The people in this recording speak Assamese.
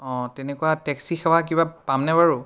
অঁ তেনেকুৱা টেক্সি সেৱা কিবা পাম নে বাৰু